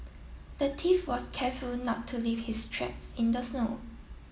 the thief was careful not to leave his tracks in the snow